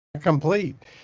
complete